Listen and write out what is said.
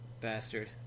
bastard